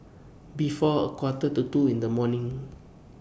before A Quarter to two in The morning